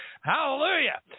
hallelujah